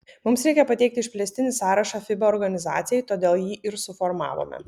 mums reikia pateikti išplėstinį sąrašą fiba organizacijai todėl jį ir suformavome